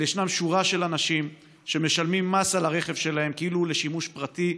אבל ישנה שורה של אנשים שמשלמים מס על הרכב שלהם כאילו הוא לשימוש פרטי,